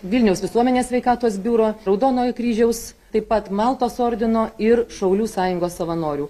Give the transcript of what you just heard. vilniaus visuomenės sveikatos biuro raudonojo kryžiaus taip pat maltos ordino ir šaulių sąjungos savanorių